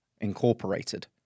Incorporated